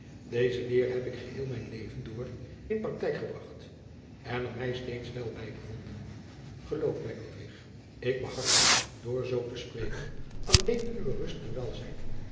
deze leer heb ik geheel mijn leven door in praktijk gebracht en er mij steeds wel bij bevonden geloof mij ludwig ik behartig door zoo te spreken alleen uwe rust en welzijn